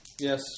Yes